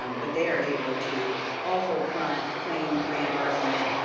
um but they are able to also claim claim reimbursement.